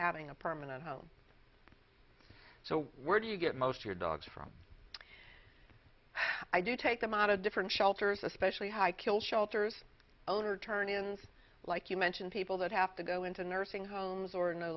having a permanent home so where do you get most your dogs from i do take them out of different shelters especially high kill shelters owner tourney and like you mentioned people that have to go into nursing homes or no